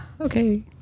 okay